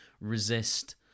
resist